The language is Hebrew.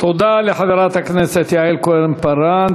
תודה לחברת הכנסת יעל כהן-פארן.